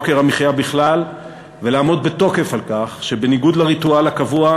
יוקר המחיה בכלל ולעמוד בתוקף על כך שבניגוד לריטואל הקבוע,